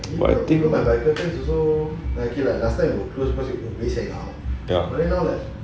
but I think ya